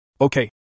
Okay